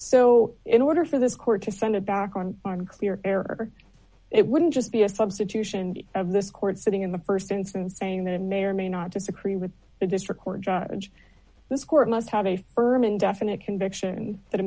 so in order for this court to send a background on clear error it wouldn't just be a substitution of this court sitting in the st instance saying that it may or may not disagree with the district court judge this court must have a firm and definite conviction